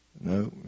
no